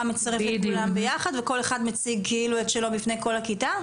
מצרפת את כולם ביחד וכל אחד מציג את שלו בפני כל הכיתה.